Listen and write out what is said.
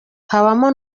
habamo